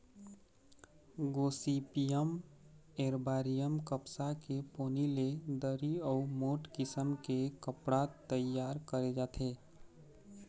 Gossypium arboreum कपसा के पोनी ले दरी अउ मोठ किसम के कपड़ा तइयार करे जाथे